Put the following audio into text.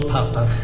Papa